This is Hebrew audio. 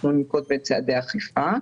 אנחנו ננקוט בצעדי אכיפה.